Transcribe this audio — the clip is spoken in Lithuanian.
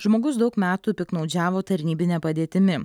žmogus daug metų piktnaudžiavo tarnybine padėtimi